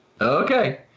Okay